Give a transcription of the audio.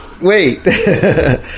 wait